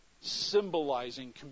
symbolizing